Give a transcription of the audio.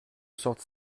sorte